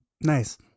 Nice